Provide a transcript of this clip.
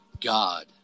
God